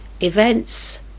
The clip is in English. events